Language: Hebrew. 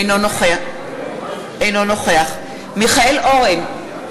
אינו נוכח מיכאל אורן,